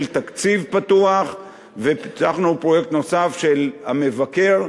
תקציב פתוח ופיתחנו פרויקט נוסף של המבקר,